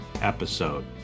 episode